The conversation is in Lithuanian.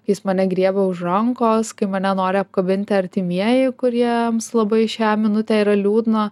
jis mane griebia už rankos kai mane nori apkabinti artimieji kuriems labai šią minutę yra liūdna